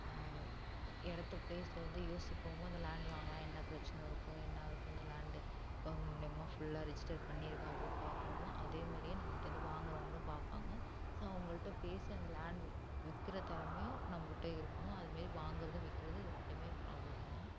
இடத்த ப்ளேஸில் இருந்து யோசிப்போம் அந்த லேண்ட் வாங்கினா என்ன பிரச்சனை இருக்கும் என்ன இருக்கும் இந்த லேண்டு கவெர்மெண்ட் மூலிமா ஃபுல்லாக ரிஜிஸ்டர் பண்ணி இருக்கா அப்டின்னு பார்க்குறோமோ அதேமாதிரியே நம்மட்டேருந்து வாங்கிறவங்களும் பார்ப்பாங்க ஸோ அவங்கள்ட்ட பேசி அந்த லேண்ட் விற்கிற திறமையும் நம்மள்ட்ட இருக்கணும் அது மாரி வாங்கிறதும் விற்கிறதும் ரெண்டும் ப்ராப்ளம் தான்